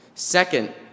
Second